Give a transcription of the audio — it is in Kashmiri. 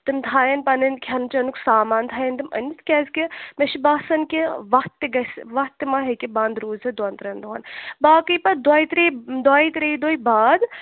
تٕم تھاین پنٕنۍ کھٮ۪ن چَنُک سامان تھاین تٕم أنِتھ کیٛاہ کہِ مےٚ چھُ بسان کہِ وَتھ تہِ گَژھِ وَتھ تہِ ما ہیٚکہِ بنٛد روٗزِتھ دۄن ترٛین دُہن باقی پتہٕ دویہِ ترٛیہِ دۄیہِ ترٛیہِ دویہِ باد